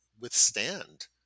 withstand